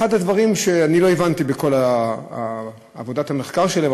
אני לא הבנתי בכל עבודת המחקר שלהם,